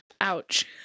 Ouch